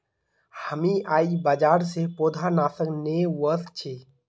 हामी आईझ बाजार स पौधनाशक ने व स छि